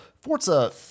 Forza